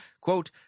quote